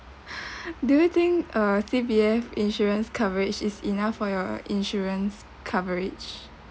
do you think uh C_P_F insurance coverage is enough for your insurance coverage